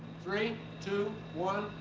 three, two, one,